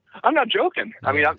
i'm not joking. i mean,